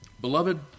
Beloved